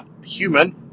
human